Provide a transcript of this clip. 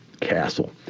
castle